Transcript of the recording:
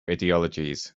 ideologies